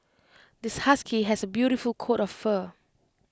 this husky has A beautiful coat of fur